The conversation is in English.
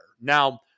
Now